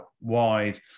wide